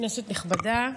כנסת נכבדה,